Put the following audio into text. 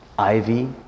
ivy